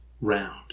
round